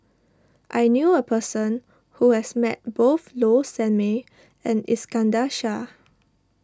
I knew a person who has met both Low Sanmay and Iskandar Shah